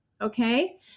Okay